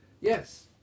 Yes